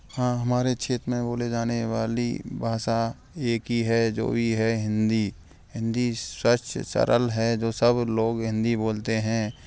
हाँ हमारे क्षेत्र में बोले जाने वाली भाषा एक ही है जो ई है हिंदी हिंदी स्वच्छ सरल है जो सब लोग हिंदी बोलते हैं